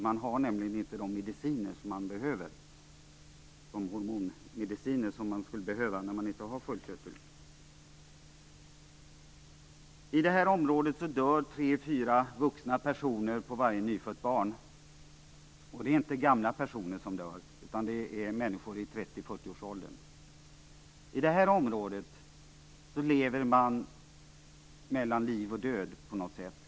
De har nämligen inte de hormonmediciner som behövs när man inte har någon sköldkörtel. I det här området dör 3-4 vuxna personer på varje nyfött barn. Det handlar inte om gamla personer, utan det är människor i 30-40-årsåldern. Man befinner sig på något sätt mellan liv och död.